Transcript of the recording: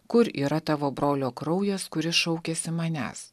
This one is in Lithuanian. kur yra tavo brolio kraujas kuris šaukiasi manęs